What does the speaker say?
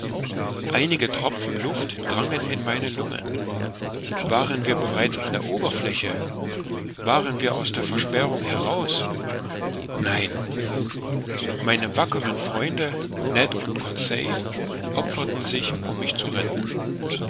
einige tropfen luft drangen in meine lungen waren wir bereits an der oberfläche waren wir aus der versperrung heraus nein meine wackeren freunde ned und conseil opferten sich um mich zu retten